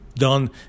done